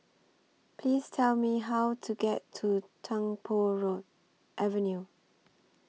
Please Tell Me How to get to Tung Po Road Avenue